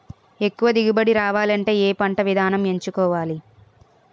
ఎక్కువ దిగుబడి రావాలంటే ఏ పంట విధానం ఎంచుకోవాలి?